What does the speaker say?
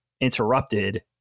interrupted